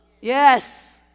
Yes